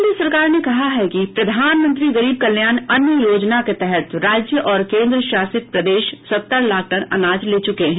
केन्द्र सरकार ने कहा है कि प्रधानमंत्री गरीब कल्याण अन्न योजना के तहत राज्य और केन्द्रशासित प्रदेश सत्तर लाख टन अनाज ले चुके हैं